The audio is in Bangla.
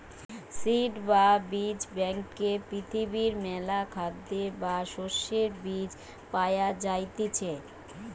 সিড বা বীজ ব্যাংকে পৃথিবীর মেলা খাদ্যের বা শস্যের বীজ পায়া যাইতিছে